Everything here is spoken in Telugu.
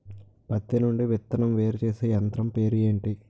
పత్తి నుండి విత్తనం వేరుచేసే యంత్రం పేరు ఏంటి